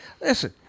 Listen